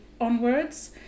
onwards